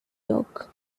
york